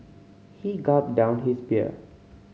he gulped down his beer